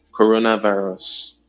coronavirus